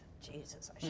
Jesus